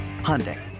Hyundai